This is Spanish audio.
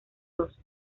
dos